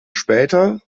später